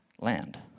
land